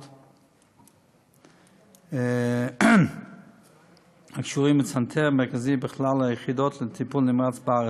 400. הקשורים לצנתר מרכזי בכלל היחידות לטיפול נמרץ בארץ.